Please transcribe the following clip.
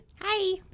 Hi